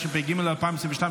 התשפ"ג 2022,